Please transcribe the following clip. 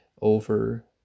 over